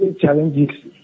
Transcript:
challenges